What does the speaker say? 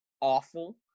awful